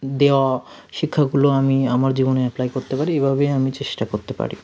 দেওয়া শিক্ষাগুলো আমি আমার জীবনে অ্যাপ্লাই করতে পারি এইভাবেই আমি চেষ্টা করতে পারি